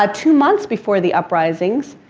ah two months before the uprisings,